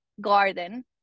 garden